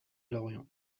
lorient